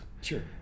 Sure